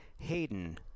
Hayden